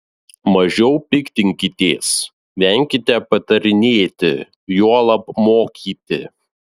mažiau piktinkitės venkite patarinėti juolab mokyti